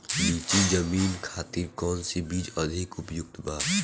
नीची जमीन खातिर कौन बीज अधिक उपयुक्त बा?